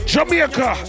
Jamaica